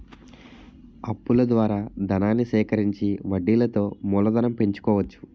అప్పుల ద్వారా ధనాన్ని సేకరించి వడ్డీలతో మూలధనం పెంచుకోవచ్చు